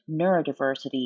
neurodiversity